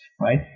Right